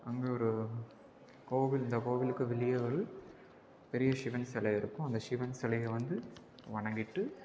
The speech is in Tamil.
அங்கே ஒரு கோவில் இந்த கோவிலுக்கு வெளியே ஒரு பெரிய சிவன் சில இருக்குது அந்த சிவன் சிலைய வந்து வணங்கிட்டு